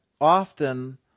often